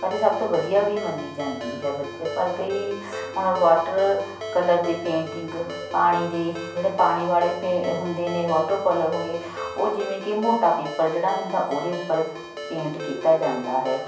ਅਤੇ ਸਭ ਤੋਂ ਵਧੀਆ ਵੀ ਮੰਨੀ ਜਾਂਦੀ ਹੈ ਬੱਚੇ ਪਰ ਕਈ ਹੁਣ ਵਾਟਰ ਕਲਰ ਦੀ ਪੇਂਟਿੰਗ ਪਾਣੀ ਦੇ ਜਿਹੜੇ ਪਾਣੀ ਵਾਲੇ ਪੇਂ ਹੁੰਦੇ ਨੇ ਵਾਟਰ ਕਲਰ ਹੋ ਗਏ ਉਹ ਜਿਵੇਂ ਕਿ ਮੋਟਾ ਪੇਪਰ ਜਿਹੜਾ ਹੁੰਦਾ ਉਹਦੇ ਉੱਪਰ ਪੇਂਟ ਕੀਤਾ ਜਾਂਦਾ ਹੈ